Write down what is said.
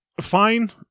Fine